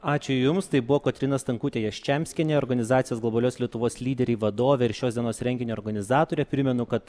ačiū jums tai buvo kotryna stankutė jaščemskienė organizacijos globalios lietuvos lyderiai vadovė ir šios dienos renginio organizatorė primenu kad